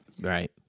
Right